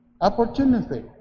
Opportunity